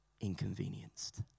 inconvenienced